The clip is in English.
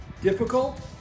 Difficult